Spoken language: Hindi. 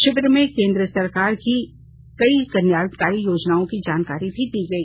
शिविर में केंद्र सरकार की कई लाभकारी योजनाओं की जानकारी दी गई